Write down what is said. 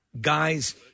guys